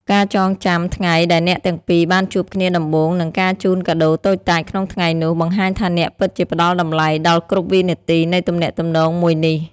ការចងចាំថ្ងៃដែលអ្នកទាំងពីរបានជួបគ្នាដំបូង និងការជូនកាដូតូចតាចក្នុងថ្ងៃនោះ បង្ហាញថាអ្នកពិតជាផ្ដល់តម្លៃដល់គ្រប់វិនាទីនៃទំនាក់ទំនងមួយនេះ។